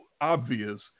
obvious